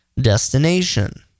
destination